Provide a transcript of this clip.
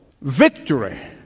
victory